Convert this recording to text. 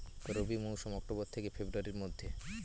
রবি মৌসুম অক্টোবর থেকে ফেব্রুয়ারির মধ্যে